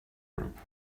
europe